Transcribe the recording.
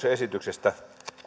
esityksestä